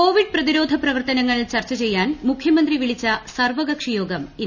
Covid പ്രതിരോധ പ്ര്വർത്തനങ്ങൾ ചർച്ച ചെയ്യാൻ ന് മുഖ്യമന്ത്രി വിളിച്ചുസ്ർവകക്ഷിയോഗം ഇന്ന